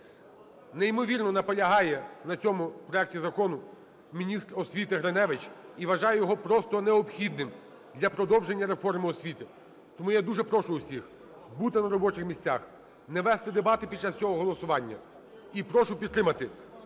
Неймовірно наполягає на цьому проекті закону міністр освіти Гриневич і вважає його просто необхідним для продовження реформи освіти. Тому я дуже прошу усіх бути на робочих місцях, не вести дебати під час цього голосування. І прошу підтримати